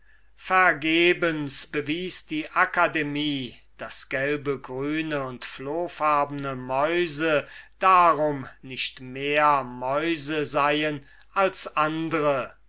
vergebens bewies die akademie daß gelbe grüne und flohfarbe mäuse darum nicht mehr mäuse seien als andre